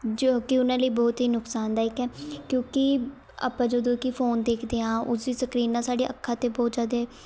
ਜੋ ਕਿ ਉਹਨਾਂ ਲਈ ਬਹੁਤ ਹੀ ਨੁਕਸਾਨਦਾਇਕ ਹੈ ਕਿਉਂਕਿ ਆਪਾਂ ਜਦੋਂ ਕਿ ਫ਼ੋਨ ਦੇਖਦੇ ਹਾਂ ਉਸਦੀ ਸਕਰੀਨ ਨਾਲ਼ ਸਾਡੀਆਂ ਅੱਖਾਂ 'ਤੇ ਬਹੁਤ ਜ਼ਿਆਦਾ